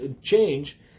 change